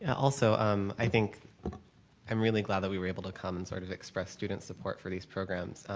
and also um i think i'm really glad that we were able to come, and sort of express student support for these programs,